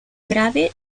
grave